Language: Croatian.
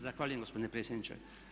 Zahvaljujem gospodine predsjedniče.